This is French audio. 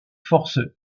forces